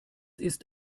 ist